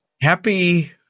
happy